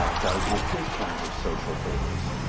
ah does with his kind of social favors.